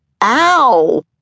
Ow